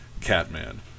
Catman